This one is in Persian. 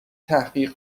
تحقیق